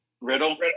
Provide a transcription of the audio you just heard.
Riddle